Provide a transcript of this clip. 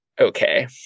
Okay